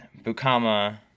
Bukama